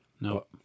No